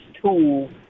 tool